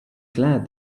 glad